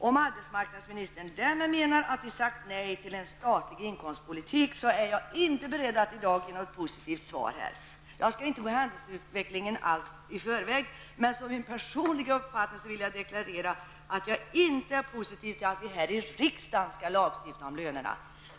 Om arbetsmarknadsministern därmed menar att vi har sagt nej till en statlig inkomstpolitik så är jag i dag inte beredd att ge något positiv svar. Jag skall inte gå händelseutvecklingen i förväg, men som min personliga uppfattning vill jag deklarera att jag inte är positiv till att vi här i riksdagen skall lagstifta om lönerna.